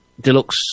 deluxe